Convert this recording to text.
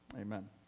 amen